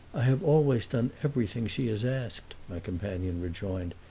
i have always done everything she has asked, my companion rejoined.